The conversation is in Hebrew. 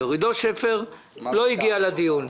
לא הגיע לדיון,